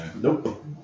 Nope